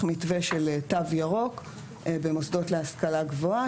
מווה של תו ירוק במוסדות להשכלה גבוהה,